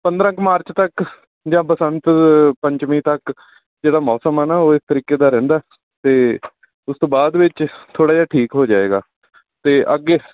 ਪੰਦਰਾਂ ਕੁ ਮਾਰਚ ਤੱਕ ਜਾਂ ਬਸੰਤ ਪੰਚਮੀ ਤੱਕ ਜਿਹੜਾ ਮੌਸਮ ਆ ਨਾ ਉਹ ਇਸ ਤਰੀਕੇ ਦਾ ਰਹਿੰਦਾ ਅਤੇ ਉਸ ਤੋਂ ਬਾਅਦ ਵਿੱਚ ਥੋੜ੍ਹਾ ਜਿਹਾ ਠੀਕ ਹੋ ਜਾਏਗਾ ਅਤੇ ਅੱਗੇ